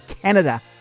Canada